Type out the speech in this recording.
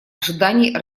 ожиданий